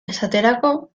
esaterako